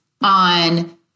on